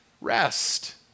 rest